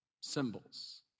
symbols